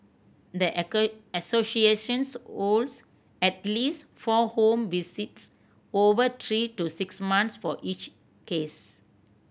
the associations holds at least four home visits over three to six months for each case